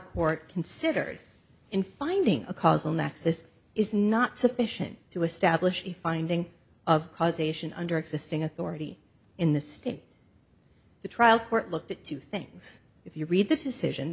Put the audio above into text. court considered in finding a causal nexis is not sufficient to establish the finding of causation under existing authority in the state the trial court looked at two things if you read the decision